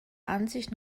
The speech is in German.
ansicht